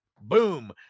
Boom